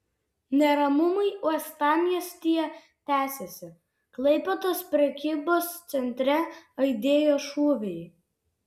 neramumai uostamiestyje tęsiasi klaipėdos prekybos centre aidėjo šūviai